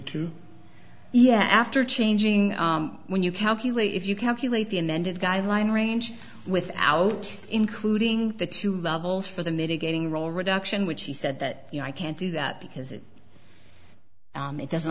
into yeah after changing when you calculate if you calculate the amended guideline range without including the two levels for the mitigating role reduction which he said that you know i can't do that because it it doesn't